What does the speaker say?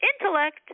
intellect